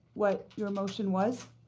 what your motion was?